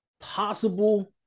possible